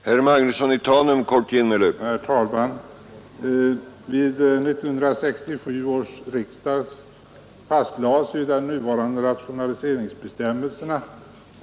Herr talman! Vid 1967 års riksdag fastlades de nuvarande rationaliseringsbestämmelserna.